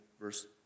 verse